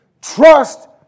Trust